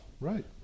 right